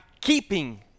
keeping